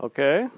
Okay